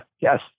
Yes